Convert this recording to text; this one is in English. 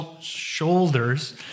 shoulders